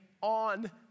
on